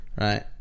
right